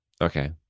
Okay